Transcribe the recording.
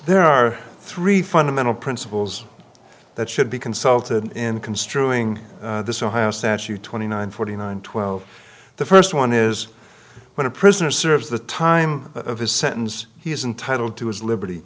there are three fundamental principles that should be consulted in construing this ohio statute twenty nine forty nine twelve the first one is when a prisoner serves the time of his sentence he is entitle to his liberty